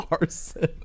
arson